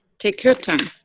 take your time.